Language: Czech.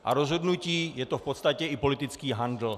A rozhodnutí je to v podstatě i politický handl.